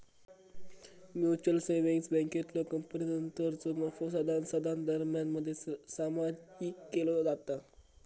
mutual savings बँकेतलो कपातीनंतरचो नफो सभासदांमध्ये सामायिक केलो जाता